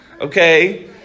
Okay